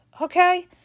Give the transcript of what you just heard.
okay